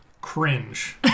cringe